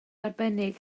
arbennig